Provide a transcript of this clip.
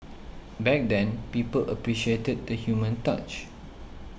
back then people appreciated the human touch